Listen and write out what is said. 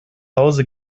hause